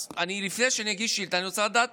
אז לפני שאני אגיש שאילתה אני רוצה לדעת